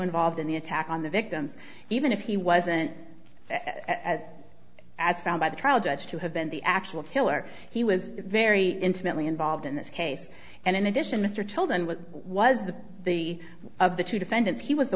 involved in the attack on the victims even if he wasn't as as found by the trial judge who had been the actual killer he was very intimately involved in this case and in addition mr children what was the the of the two defendants he was the